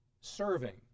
serving